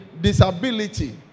disability